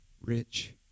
Rich